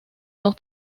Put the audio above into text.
dos